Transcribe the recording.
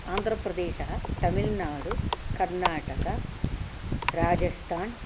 आन्ध्रप्रदेशः तमिल्नाडु कर्णाटक राजस्थान्